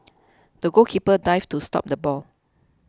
the goalkeeper dived to stop the ball